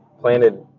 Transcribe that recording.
planted